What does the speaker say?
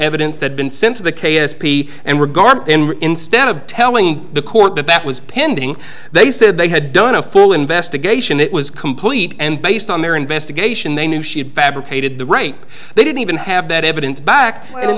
evidence that been sent to the k s p and were garbed and instead of telling the court that that was pending they said they had done a full investigation it was complete and based on their investigation they knew she had barricaded the right they didn't even have that evidence back in